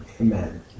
Amen